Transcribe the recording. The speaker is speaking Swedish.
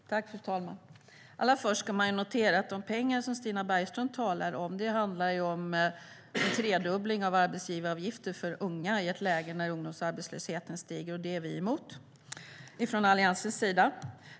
Fru talman! Allra först ska man notera att de pengar som Stina Bergström talar om handlar om en tredubbling av arbetsgivaravgiften för unga i ett läge när ungdomsarbetslösheten stiger. Det är vi emot från Alliansens sida.